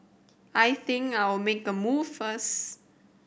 I think I'll make a move first